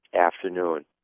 afternoon